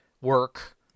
work